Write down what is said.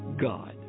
God